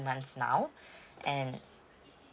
months now and